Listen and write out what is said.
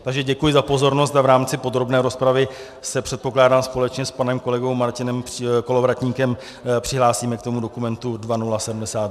Takže děkuji za pozornost a v rámci podrobné rozpravy se, předpokládám, společně s panem kolegou Martinem Kolovratníkem přihlásíme k tomu dokumentu 2072.